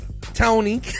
Tony